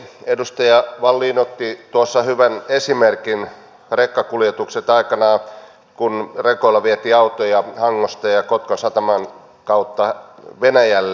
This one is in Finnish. edustaja wallin otti tuossa hyvän esimerkin rekkakuljetukset kun aikanaan rekoilla vietiin autoja hangosta ja kotkan sataman kautta venäjälle